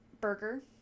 burger